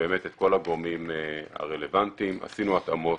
באמת את כל הגורמים הרלוונטיים, עשינו התאמות